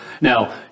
Now